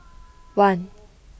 one